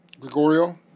Gregorio